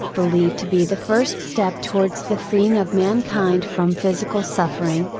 believed to be the first step towards the freeing of mankind from physical suffering,